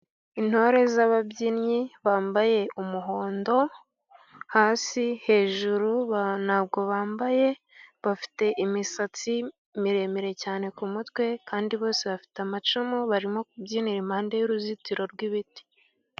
Intore z’ababyinnyi, bambaye umuhondo hasi, hejuru ntabwo bambaye, bafite imisatsi miremire cyane ku mutwe, kandi bose bafite amacumu; barimo kubyinira impande y’uruzitiro rw’ibiti.